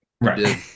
right